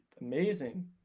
amazing